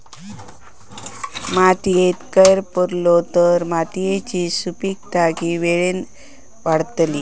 मातयेत कैर पुरलो तर मातयेची सुपीकता की वेळेन वाडतली?